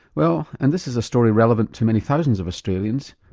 well, and this is a story relevant to many thousands of australians,